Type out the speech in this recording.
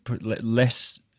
less